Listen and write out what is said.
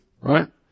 right